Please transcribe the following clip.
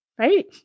Right